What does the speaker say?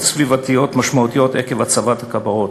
סביבתיות משמעותיות עקב הצבת הכוורות,